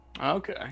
Okay